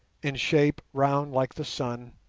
in shape round like the sun,